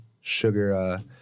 Sugar